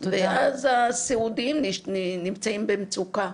ואז הסיעודיים נמצאים במצוקה.